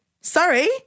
sorry